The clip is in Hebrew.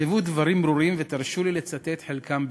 נכתבו דברים ברורים, ותרשו לי לצטט את חלקם בקצרה: